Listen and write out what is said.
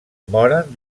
moren